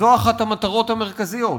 זו אחת המטרות המרכזיות,